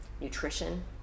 Nutrition